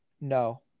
No